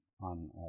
on